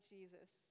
Jesus